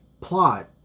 plot